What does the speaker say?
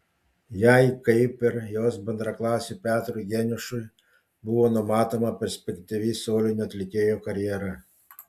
jai kaip ir jos bendraklasiui petrui geniušui buvo numatoma perspektyvi solinio atlikėjo karjera